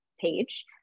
page